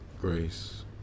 Grace